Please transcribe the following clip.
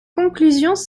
conclusions